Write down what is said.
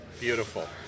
Beautiful